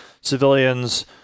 civilians